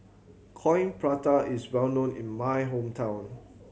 Coin Prata is well known in my hometown